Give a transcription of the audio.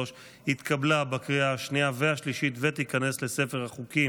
בליבם של לוחמינו העזים מפעמת רוח הקרב של גיבורי ישראל לדורותיהם.